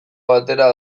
batera